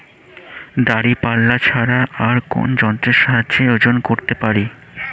দাঁড়িপাল্লা ছাড়া আর কোন যন্ত্রের সাহায্যে ওজন করতে পারি?